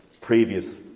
Previous